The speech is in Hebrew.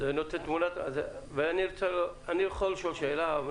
אני יכול לשאול שאלה.